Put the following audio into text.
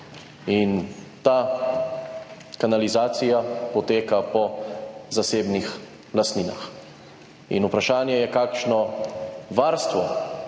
in ta kanalizacija poteka po zasebnih lastninah. Vprašanje je kakšno varstvo